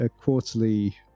quarterly